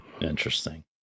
Interesting